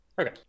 okay